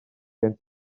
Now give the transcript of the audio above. gen